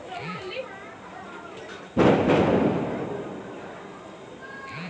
চা বাজার উপযুক্ত করানোর জন্য কি কি পদ্ধতি অবলম্বন করতে হয়?